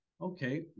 okay